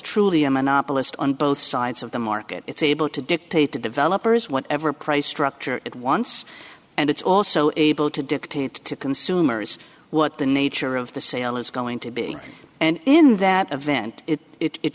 truly a monopolist on both sides of the market it's able to dictate to developers whatever price structure it once and it's also able to dictate to consumers what the nature of the sale is going to be and in that event it